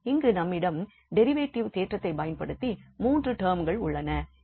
இங்கு நம்மிடம் டெரிவேட்டிவ் தேற்றத்தை பயன்படுத்தி மூன்று டெர்ம்கள் உள்ளன